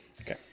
Okay